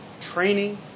training